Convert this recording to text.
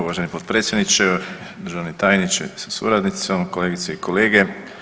Uvaženi potpredsjedniče, državni tajniče sa suradnicom, kolegice i kolege.